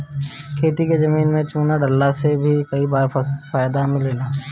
खेती के जमीन में चूना डालला से भी कई बार फायदा मिलेला